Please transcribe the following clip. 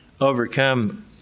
overcome